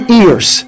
ears